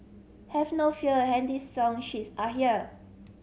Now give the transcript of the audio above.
have no fear handy song sheets are here